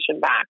back